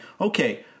okay